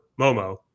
Momo